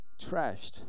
trashed